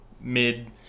mid